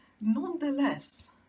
Nonetheless